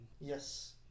yes